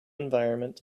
environment